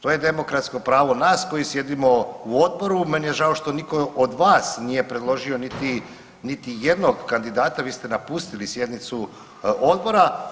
To je demokratsko pravo nas koji sjedimo u Odboru, meni je žao što nitko od vas nije predložio niti jednog kandidata, vi ste napustili sjednicu Odbora.